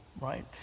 right